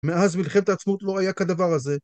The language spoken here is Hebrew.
מאז מלחמת העצמאות לא היה כדבר הזה